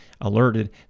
alerted